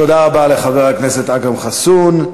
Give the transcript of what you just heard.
תודה רבה לחבר הכנסת אכרם חסון.